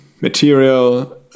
material